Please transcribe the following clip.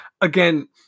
again